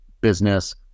business